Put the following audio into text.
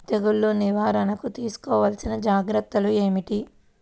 తెగులు నివారణకు తీసుకోవలసిన జాగ్రత్తలు ఏమిటీ?